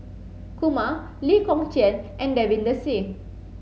Kumar Lee Kong Chian and Davinder Singh